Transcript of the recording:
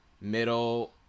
middle